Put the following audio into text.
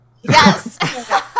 Yes